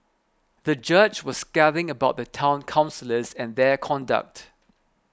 the judge was scathing about the Town Councillors and their conduct